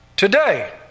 Today